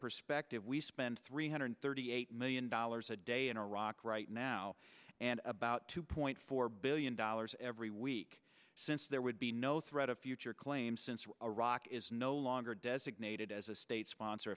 perspective we spend three hundred thirty eight million dollars a day in iraq right now and about two point four billion dollars every week since there would be no threat of future claims since iraq is no longer designated as a state sponsor